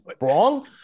wrong